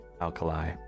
Alkali